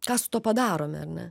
ką su tuo padarome ar ne